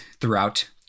throughout